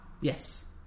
yes